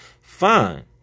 Fine